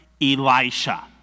Elisha